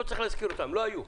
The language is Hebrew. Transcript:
לא היו.